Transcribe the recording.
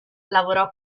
lavorò